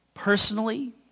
Personally